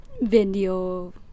video